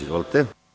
Izvolite.